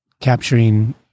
capturing